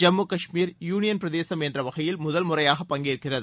Jammu Kashmir union பிரதேசம் என்ற வகையில் முதன்முறையாக பங்கேற்கிறது